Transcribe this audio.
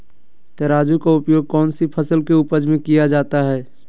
तराजू का उपयोग कौन सी फसल के उपज में किया जाता है?